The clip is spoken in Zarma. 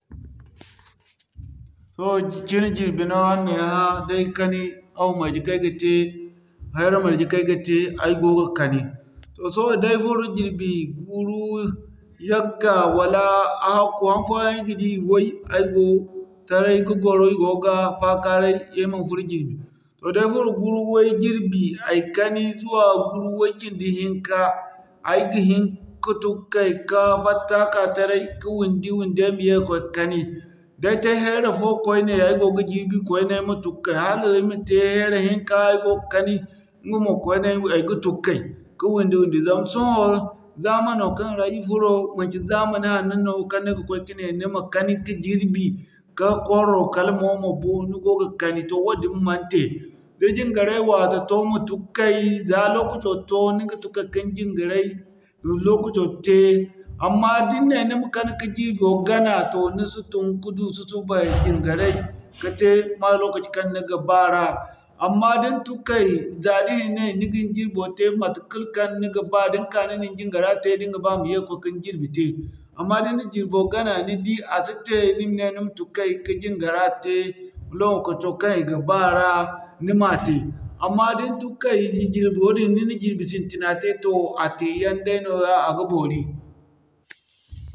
Sohõ cin jirbi no araŋ na ay hã day kani awa marje kaŋ ay ga te hara marje kaŋ ay ga te ay go ga kani. Toh sohõ da ay furo jirbi guru yagga wala a hakku haŋfooyaŋ ay ga di iway ay go faakaray ay man furo jirbi. Toh da ay furo guru way jirbi ay kani zuwa guru way cindi hinka ay ga hin ka tun kay ka fatta ka'ka taray ka windi-windi ay ma ye ka'koy kani. Da ay te hara fo kwaine ay go ga jirbi kwaine ay ma tun kay hala ay ma te hara hinka ay go ga kani ŋga mo kwaine ay ga tun kay ka windi-windi. Zama sohõ zamano kan ra ir furo manci zamani hanno no kaŋ ni ga koy kane ni ma kani ka jirbi ka kwarro kala mo ma bo ni go ga kani toh wadin man te. Da jingarey wate to ma tun kay za lokaco toh ni ga tun kay kin jingarey lokaco te amma da ni ne ni ma kani ka jirbo gana toh ni si tun ka du susubay jingarey ka te ba lokaci kaŋ ni ga baara. Amma da ni tun kay za da hinay ni ga ni jirbo te matekul kaŋ ni ga ba din ka ni nin jiŋgara te din ga ba ma ye ka'koy kin jirbi te. Amma da ni na jirbo gana ni di a si te ni ma ne ni ma tun kay ka jingara te lokaco kaŋ i ga baara ni ma te. Amma din tun kay jirbo din ni na jirbi sintina te toh a teeyaŋ day nooya a ga boori.